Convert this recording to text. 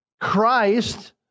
Christ